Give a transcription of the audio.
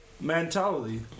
mentality